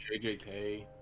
JJK